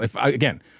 again